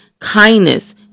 kindness